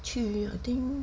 去 I think